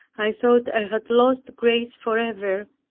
i thought i had lost grace forever,